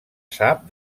sap